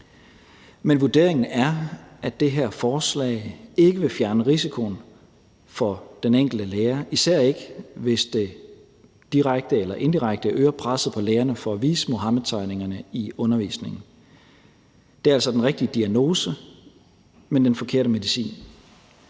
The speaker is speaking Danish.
Men vurderingen er, at det her forslag ikke vil fjerne risikoen for den enkelte lærer, især ikke, hvis det direkte eller indirekte øger presset på lærerne for at vise Muhammedtegningerne i undervisningen. Det er altså den rigtige diagnose, men den forkerte medicin.